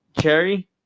cherry